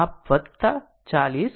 તેથી 40 0